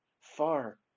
far